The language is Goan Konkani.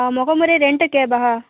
मोको मुरे रेंट अ कॅब आहा